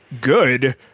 good